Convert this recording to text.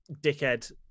dickhead